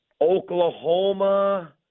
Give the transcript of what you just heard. Oklahoma